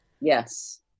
Yes